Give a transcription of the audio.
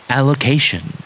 allocation